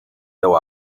veu